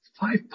five